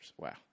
wow